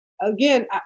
Again